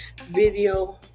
video